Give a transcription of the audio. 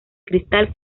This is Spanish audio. cristal